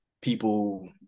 people